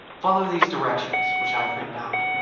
follow these directions which i have written out,